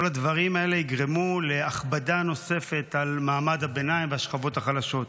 כל הדברים האלה יגרמו להכבדה נוספת על מעמד הביניים והשכבות החלשות.